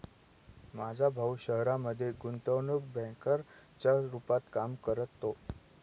माझा भाऊ शहरामध्ये गुंतवणूक बँकर च्या रूपात काम करतो